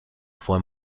fue